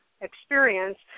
experience